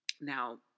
Now